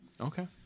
Okay